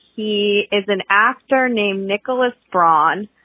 he is an actor named nicholas braun.